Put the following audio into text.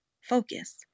Focus